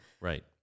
Right